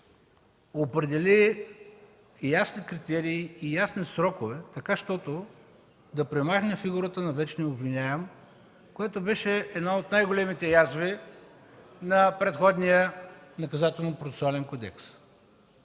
определи ясни критерии и срокове, така щото да премахне фигурата на вечния обвиняем, която беше една от най-големите язви на предходния Наказателно-процесуален кодекс.